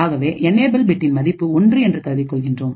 ஆகவே என்யபுல்பிட்டின் மதிப்புஒன்று என்று கருதிக் கொள்கின்றோம்